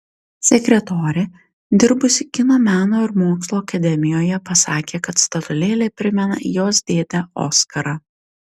sekretorė dirbusi kino meno ir mokslo akademijoje pasakė kad statulėlė primena jos dėdę oskarą